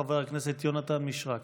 חבר הכנסת יונתן מישרקי.